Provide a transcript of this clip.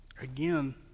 again